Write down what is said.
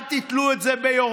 אל תתלו את זה ביוראי,